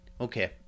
Okay